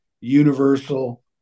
universal